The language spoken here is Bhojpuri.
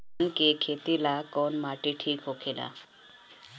धान के खेती ला कौन माटी ठीक होखेला?